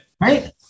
right